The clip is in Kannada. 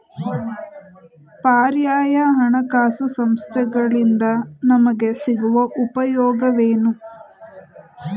ಪರ್ಯಾಯ ಹಣಕಾಸು ಸಂಸ್ಥೆಗಳಿಂದ ನಮಗೆ ಸಿಗುವ ಉಪಯೋಗವೇನು?